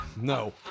No